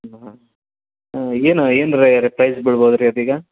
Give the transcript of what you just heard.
ಹಾಂ ಹಾಂ ಏನು ಏನ್ರೀ ಆಗುತ್ತೆ ಪ್ರೈಸ್ ಬೀಳ್ಬೋದು ರೀ ಅದೀಗ